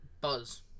Buzz